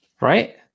Right